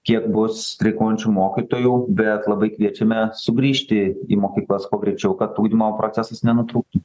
kiek bus streikuojančių mokytojų bet labai kviečiame sugrįžti į mokyklas kuo greičiau kad ugdymo procesas nenutruktų